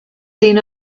seen